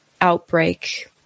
outbreak